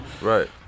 Right